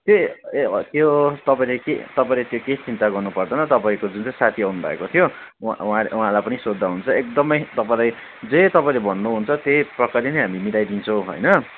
ए ए त्यो तपाईँले केही तपाईँले केही चिन्ता गर्नु पर्दैन तपाईँको जुन चाहिँ साथी आउनु भएको थियो उहाँ उहाँ उहाँलाई पनि सोद्धा हुन्छ एकदमै तपाईँलाई जे तपाईँले भन्नुहुन्छ त्यही प्रकारले नै हामी मिलाइदिन्छौँ होइन